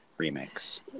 remix